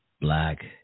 black